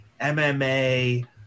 MMA